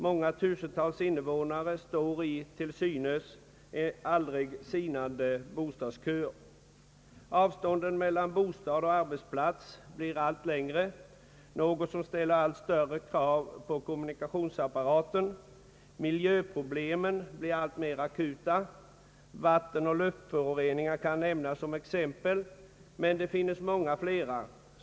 Många tusental innevånare står i till synes aldrig sinande bostadsköer. Avstånden mellan bostad och arbetsplats blir allt längre, något som ställer allt större krav på kommunikationsapparaten. Miljöproblemen blir alltmer akuta. Vattenoch luftföroreningar kan nämnas som exempel, men det finns många flera.